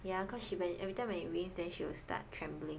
ya cause she when everytime when it rains then she will start trembling